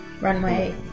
Runway